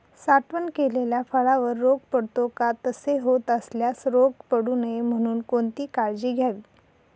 साठवण केलेल्या फळावर रोग पडतो का? तसे होत असल्यास रोग पडू नये म्हणून कोणती काळजी घ्यावी?